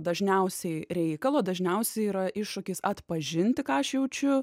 dažniausiai reikalo dažniausiai yra iššūkis atpažinti ką aš jaučiu